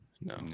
no